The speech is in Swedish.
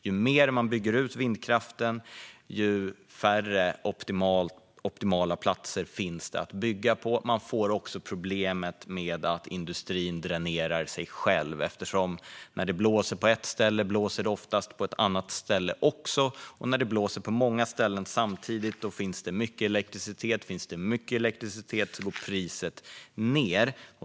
Ju mer man bygger ut vindkraften, desto färre optimala platser finns det att bygga på. Man får också problemet att industrin dränerar sig själv, för när det blåser på ett ställe blåser det ofta på ett annat ställe också. När det blåser på många ställen samtidigt finns det mycket elektricitet, och om det finns mycket elektricitet går priset ned.